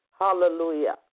Hallelujah